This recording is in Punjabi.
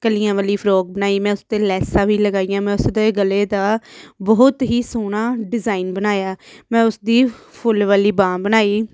ਕਲੀਆਂ ਵਾਲੀ ਫਰੋਕ ਬਣਾਈ ਮੈਂ ਉਸ 'ਤੇ ਲੈਸਾ ਵੀ ਲਗਾਈਆ ਮੈਂ ਉਸਦੇ ਗਲੇ ਦਾ ਬਹੁਤ ਹੀ ਸੋਹਣਾ ਡਿਜ਼ਾਇਨ ਬਣਾਇਆ ਮੈਂ ਉਸਦੀ ਫੁੱਲ ਵਾਲੀ ਬਾਂਹ ਬਣਾਈ